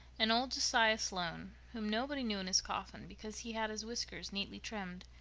and old josiah sloane, whom nobody knew in his coffin because he had his whiskers neatly trimmed,